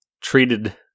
treated